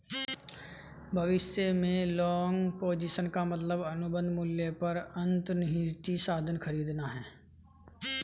भविष्य में long position का मतलब अनुबंध मूल्य पर अंतर्निहित साधन खरीदना है